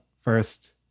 first